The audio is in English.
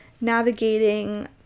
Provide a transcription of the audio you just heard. navigating